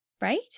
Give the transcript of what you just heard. Right